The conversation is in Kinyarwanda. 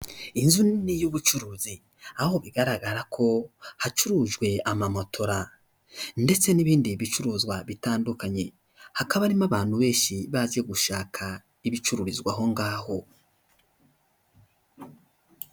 Inzu nini y'ubucuruzi aho bigaragara ko hacurujwe amamatora ndetse n'ibindi bicuruzwa bitandukanye, hakaba harimo abantu benshi baje gushaka ibicururizwa aho ngaho.